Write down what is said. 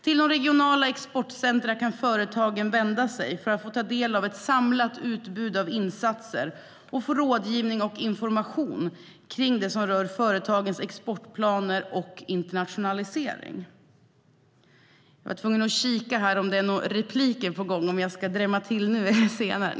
Till de regionala exportcentren kan företagen vända sig för att ta del av ett samlat utbud av insatser och få rådgivning och information om det som rör företagens exportplaner och internationalisering. Jag var tvungen att kika här för att se om det är några repliker på gång så att jag vet om jag ska drämma till nu eller senare.